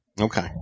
Okay